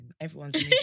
Everyone's